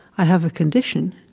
i have a condition,